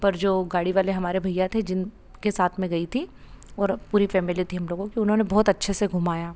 पर जो गाड़ी वाले हमारे भइया थे जिनके साथ मैं गई थी और पूरी फ़ेमिली थी हम लोगों की उन्होंने बहुत अच्छे से घुमाया